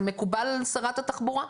זה מקובל על שרת התחבורה?